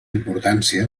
importància